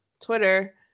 Twitter